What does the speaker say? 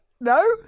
No